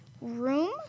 room